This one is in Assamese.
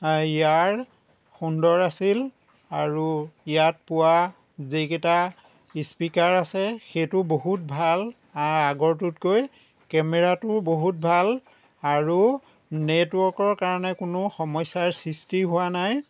ইয়াৰ সুন্দৰ আছিল আৰু ইয়াত পোৱা যিকেইটা স্পীকাৰ আছে সেইটো বহুত ভাল আগৰটোতকৈ কেমেৰাটোও বহুত ভাল আৰু নেটৱৰ্কৰ কাৰণে কোনো সমস্যাৰ সৃষ্টি হোৱা নাই